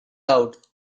out